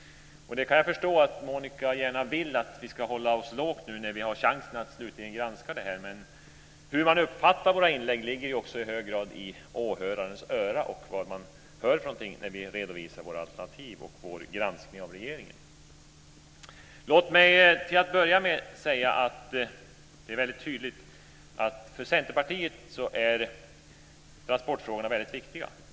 Jag kan förstå att Monica gärna vill att vi ska ligga lågt nu när vi slutligen har fått chansen att granska förslagen. Hur man uppfattar våra inlägg ligger också i hög grad i åhörarens öra och vad man hör när vi redovisar våra alternativ och vår granskning av regeringen. Det är tydligt att för Centerpartiet är transportfrågorna viktiga.